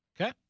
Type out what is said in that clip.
Okay